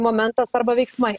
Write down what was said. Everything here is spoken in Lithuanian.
momentas arba veiksmai